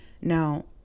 Now